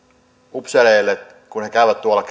upseereille kun he käyvät tuolla